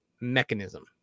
mechanism